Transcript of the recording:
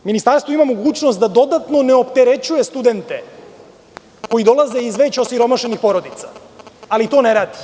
Ministarstvo ima mogućnost da dodatno ne opterećuje studente koji dolaze iz već osiromašenih porodica, ali to ne radi.